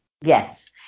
yes